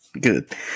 Good